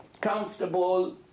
comfortable